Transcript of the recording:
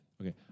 Okay